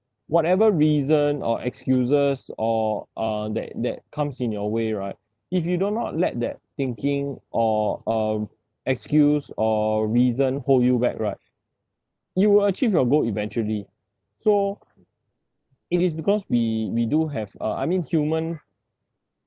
whatever reason or excuses or uh that that comes in your way right if you do not let that thinking or um excuse or reason hold you back right you achieve your goal eventually so it is because we we do have uh I mean human